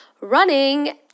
running